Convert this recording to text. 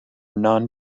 non